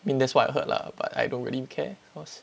I mean that's what I heard lah but I don't really care cause